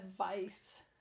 advice